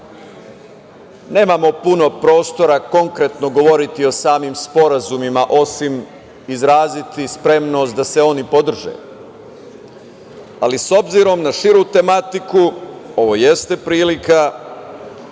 nemamo puno prostora konkretno govoriti o samim sporazumima, osim izraziti spremnost da se oni podrže. Ali, s obzirom na široku tematiku ovo jeste prilika